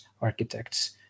architects